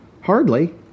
hardly